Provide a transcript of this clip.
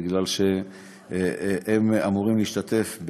בגלל שהם אמורים להשתתף,